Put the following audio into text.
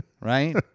Right